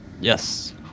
Yes